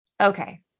Okay